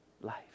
life